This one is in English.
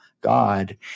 God